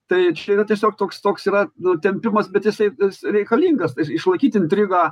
tai čia yra tiesiog toks toks yra nu tempimas bet jisai jis reikalingas išlaikyt intrigą